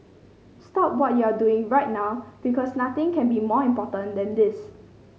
stop what you're doing right now because nothing can be more important than this